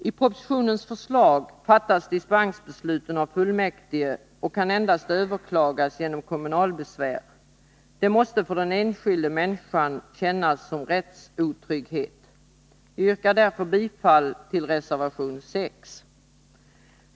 I propositionens förslag fattas dispensbesluten av kommunfullmäktige och kan endast överklagas genom kommunalbesvär. Det måste för den enskilda människan kännas som rättsotrygghet. Jag yrkar därför bifall till reservation 6.